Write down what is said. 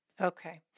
Okay